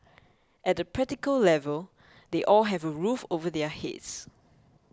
at the practical level they all have a roof over their heads